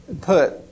put